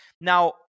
Now